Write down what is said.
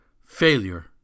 Failure